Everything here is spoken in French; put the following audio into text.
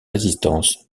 résistance